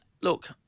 Look